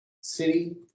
City